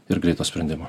ir greito sprendimo